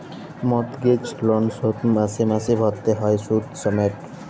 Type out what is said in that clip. mortgage লল শোধ মাসে মাসে ভ্যইরতে হ্যয় সুদ সমেত